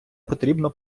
потрібно